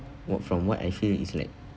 what from what I feel is like